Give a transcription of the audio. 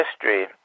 history